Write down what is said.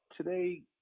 Today